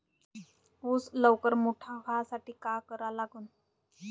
ऊस लवकर मोठा व्हासाठी का करा लागन?